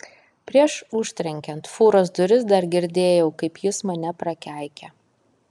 prieš užtrenkiant fūros duris dar girdėjau kaip jis mane prakeikia